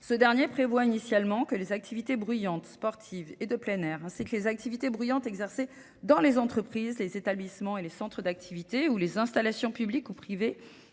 Ce dernier prévoit initialement que les activités bruyantes sportives et de plein air ainsi que les activités bruyantes exercées dans les entreprises, les établissements et les centres d'activité où les installations publiques ou privées